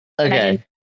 okay